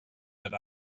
that